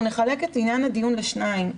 אנחנו נחלק את עניין הדיון לשניים.